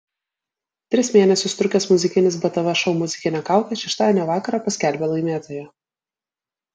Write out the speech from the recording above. tris mėnesius trukęs muzikinis btv šou muzikinė kaukė šeštadienio vakarą paskelbė laimėtoją